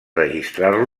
registrar